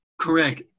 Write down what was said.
correct